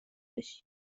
بشی